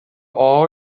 all